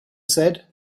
said